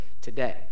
today